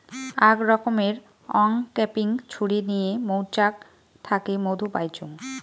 আক রকমের অংক্যাপিং ছুরি নিয়ে মৌচাক থাকি মধু পাইচুঙ